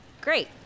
Great